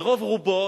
ורוב רובו,